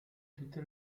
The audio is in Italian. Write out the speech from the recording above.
tutte